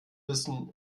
wissen